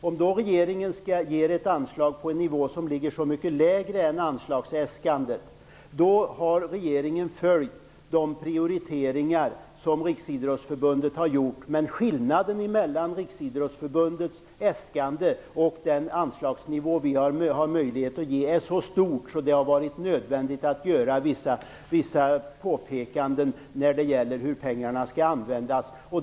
Om då regeringen ger ett anslag på en nivå som ligger lägre än anslagsäskandet, har regeringen följt de prioriteringar som Riksidrottsförbundet har gjort. Men skillnaden mellan Riksidrottsförbundets äskande och det anslag som vi har möjlighet att ge är så stor att det var nödvändigt att göra vissa påpekanden om hur pengarna skall användas.